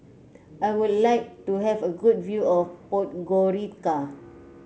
I would like to have a good view of Podgorica